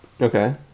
Okay